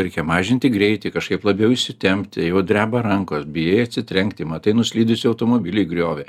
reikia mažinti greitį kažkaip labiau įsitempti jau dreba rankos bijai atsitrenkti matai nuslydusį automobilį į griovį